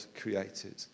created